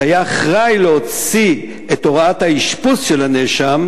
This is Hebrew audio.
שהיה אחראי להוצאת הוראת האשפוז של הנאשם,